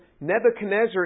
Nebuchadnezzar